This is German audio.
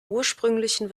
ursprünglichen